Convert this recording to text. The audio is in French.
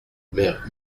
mère